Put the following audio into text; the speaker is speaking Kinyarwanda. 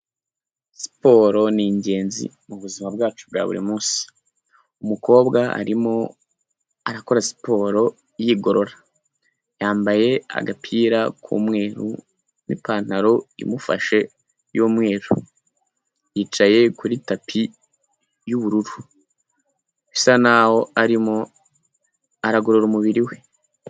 Siporo ni ingenzi, mu buzima bwacu bwa buri munsi. Umukobwa arimo arakora siporo yigorora. Yambaye agapira k'umweru, n'ipantaro imufashe y'umweru. Yicaye kuri tapi y'ubururu. Bisa n'aho arimo aragorora umubiri we.